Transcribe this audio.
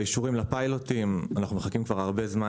באישורים לפיילוטים אנחנו מחכים כבר הרבה זמן